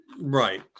right